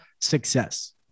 success